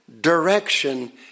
direction